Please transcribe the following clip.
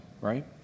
right